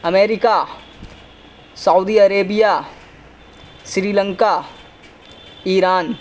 America Saudi Arabia Sri Lanka Iran